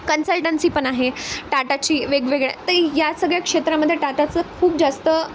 consultancy पण आहे टाटाची वेगवेगळ्या तर या सगळ्या क्षेत्रामध्ये टाटाचं खूप जास्त